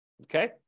Okay